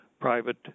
private